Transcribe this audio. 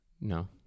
No